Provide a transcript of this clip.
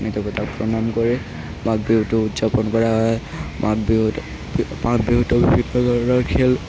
অগ্নিদেৱতাক প্ৰণাম কৰি মাঘ বিহুটো উদযাপন কৰা হয় মাঘ বিহুতো মাঘ বিহুতো বিভিন্ন ধৰণৰ খেল